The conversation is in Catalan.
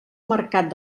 mercat